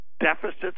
Deficits